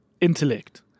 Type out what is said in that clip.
intellect